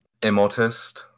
Immortist